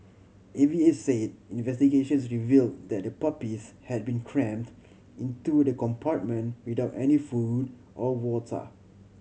A V A said investigations revealed that the puppies had been crammed into the compartment without any food or water